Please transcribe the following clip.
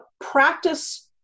practice